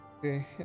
Okay